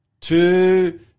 two